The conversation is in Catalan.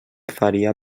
faria